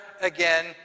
again